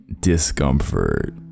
discomfort